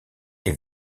est